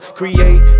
create